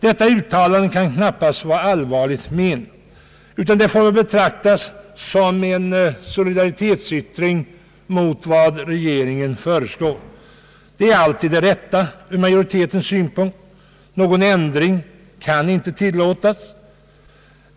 Det uttalandet kan knappast vara allvarligt menat utan får betraktas som en yttring av solidaritet med vad regeringen föreslår. Detta är alltid det rätta ur majoritetens synpunkt. Någon ändring kan inte tillåtas.